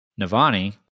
Navani